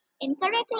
incorrectly